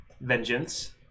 Vengeance